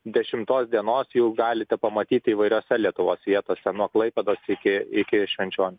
dešimtos dienos jūs galite pamatyti įvairiose lietuvos vietose nuo klaipėdos iki iki švenčionių